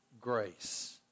grace